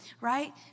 right